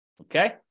Okay